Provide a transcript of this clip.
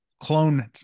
clone